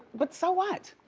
but so what?